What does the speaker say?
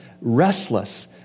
restless